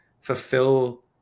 fulfill